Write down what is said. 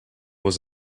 was